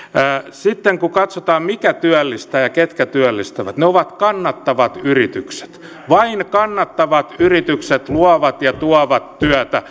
sitten kun katsotaan mikä työllistää ja ketkä työllistävät ne ovat kannattavat yritykset vain kannattavat yritykset luovat ja tuovat työtä